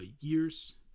years